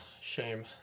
shame